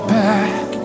back